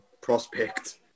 prospect